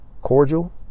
cordial